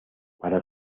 para